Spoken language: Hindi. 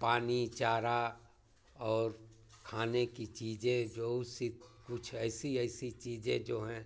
पानी चारा और खाने की चीज़ें जैसी कुछ ऐसी ऐसी चीज़ें जो हैं